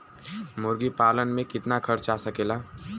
मुर्गी पालन में कितना खर्च आ सकेला?